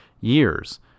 years